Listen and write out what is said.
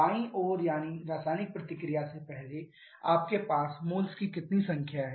बायीं ओर यानी रासायनिक प्रतिक्रिया से पहले आपके पास मोल्स की कितनी संख्या है